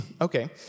Okay